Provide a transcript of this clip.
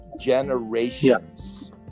generations